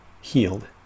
healed